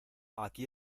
aquí